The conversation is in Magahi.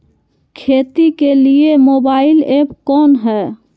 खेती के लिए मोबाइल ऐप कौन है?